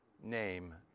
name